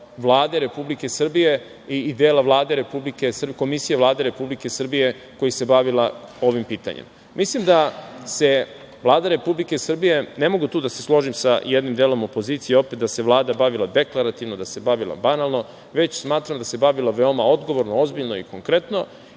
Vlade Republike Srbije, Komisije Vlade Republike Srbije koja se bavila ovim pitanjem. Mislim da se Vlada Republike Srbije, ne mogu tu da se složim sa jednim delom opozicije, opet, da se Vlada bavila deklarativno, da se bavila banalno, već smatram da se bavila veoma odgovorno, ozbiljno i konkretno